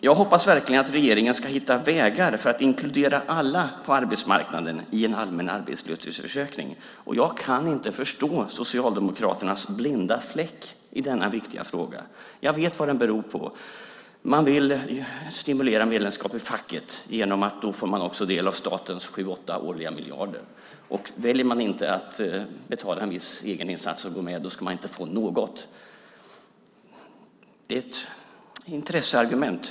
Jag hoppas verkligen att regeringen ska hitta vägar för att inkludera alla på arbetsmarknaden i en allmän arbetslöshetsförsäkring. Jag kan inte förstå Socialdemokraternas blinda fläck i denna viktiga fråga. Jag vet vad den beror på: Man vill stimulera medlemskap i facket genom att man då också får del av statens 7-8 årliga miljarder. Väljer man att inte betala en viss egeninsats och gå med ska man inte få något. Det är ett intresseargument.